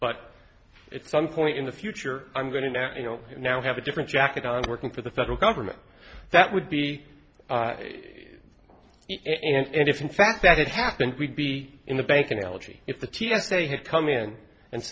but it's some point in the future i'm going to ask you know now have a different jacket on working for the federal government that would be it if in fact that had happened we'd be in the bank analogy if the t s a had come in and